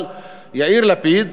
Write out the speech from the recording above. אבל יאיר לפיד,